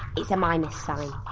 it's a minus sign,